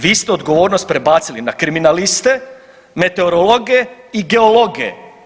Vi ste odgovornost prebacili na kriminaliste, meteorologe i geologe.